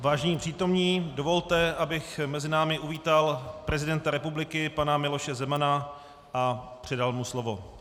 Vážení přítomní, dovolte, abych mezi námi uvítal prezidenta republiky pana Miloše Zemana a předal mu slovo.